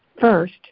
First